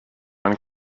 man